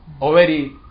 Already